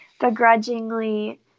begrudgingly